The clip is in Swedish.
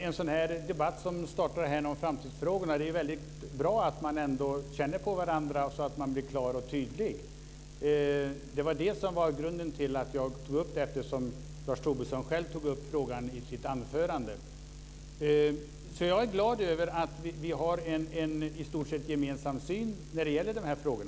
Fru talman! Det är bra att man känner på varandra inför den debatt som startar om framtidsfrågorna så att man blir klar och tydlig. Grunden till att jag tog upp frågan var att Lars Tobisson själv tog upp den i sitt anförande. Jag är glad över att vi har en i stort sett gemensam syn i dessa frågor.